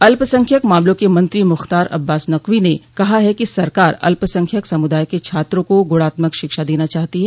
अल्पसंख्यक मामलों के मंत्रो मुख्तार अब्बास नकवी ने कहा है कि सरकार अल्पसंख्यक समुदाय के छात्रों को गुणात्मक शिक्षा देना चाहती है